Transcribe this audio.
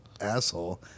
asshole